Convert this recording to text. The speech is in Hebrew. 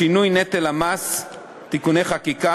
לשינוי נטל המס (תיקוני חקיקה),